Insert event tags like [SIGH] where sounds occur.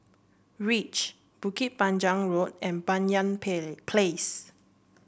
reach Bukit Panjang Road and Banyan [UNINTELLIGIBLE] Place